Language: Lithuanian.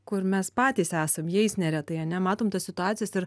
kur mes patys esam jais neretai ane matom tas situacijas ir